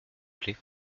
plaît